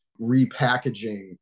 repackaging